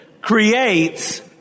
creates